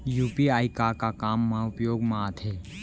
UPI का का काम मा उपयोग मा आथे?